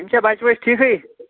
یِم چھا بَچہٕ وَچہٕ ٹھیٖکٕے